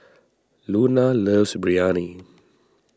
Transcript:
Luna loves Biryani